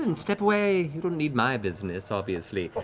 and step away. you don't need my business, obviously.